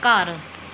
ਘਰ